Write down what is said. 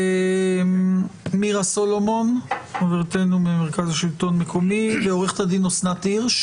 חברתנו מירה סלומון ממרכז השלטון המקומי ועורכת הדין אסנת הירש